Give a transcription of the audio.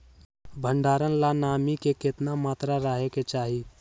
भंडारण ला नामी के केतना मात्रा राहेके चाही?